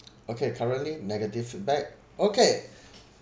okay currently negative feedback okay